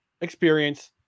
experience